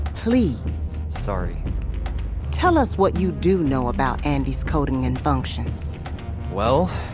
please sorry tell us what you do know about andi's coding and functions well,